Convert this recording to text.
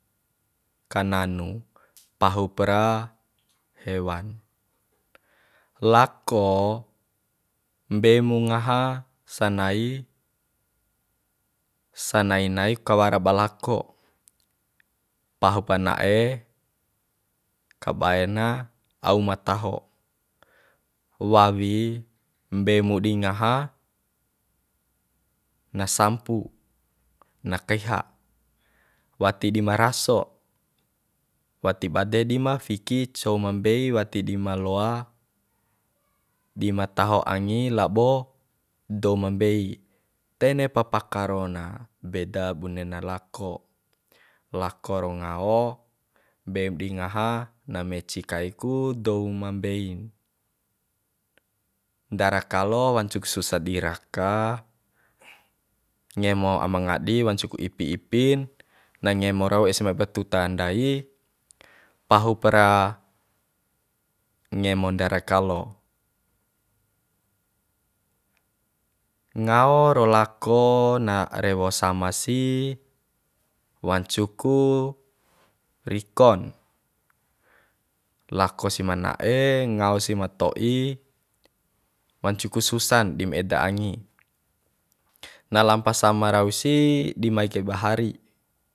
Kananu pahupra hewan lako mbeimu ngaha sanai sanai naik kawara ba lako pahupa na'e kabae na au ma taho wawi mbei mu di ngaha na sampu na kaiha wati di ma raso wati bade dima fiki cou ma mbei wati di ma loa di ma taho angi labo dou ma mbei ntene pa pakaro na beda bune na lako lako ro ngao mbeim di ngaha na meci kai ku douma mbein ndara kalo wancuk susan di raka ngemo aima ngadi wancu ku ipi ipin na ngemo rau ese mai ba tuta ndai pahupara ngemo ndara kalo ngao ro lako na rewo sama si wancu ku riko na lako si ma na'e ngao si ma to'i wancu ku susan dim eda angi na lampa sama rau si di mai kai ba hari